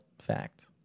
fact